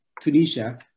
Tunisia